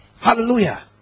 Hallelujah